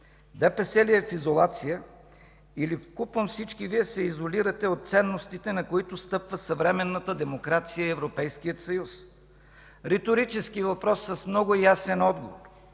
ДПС ли е в изолация, или вкупом всички Вие се изолирате от ценностите, на които стъпва съвременната демокрация и Европейският съюз? Риторически въпрос с много ясен отговор: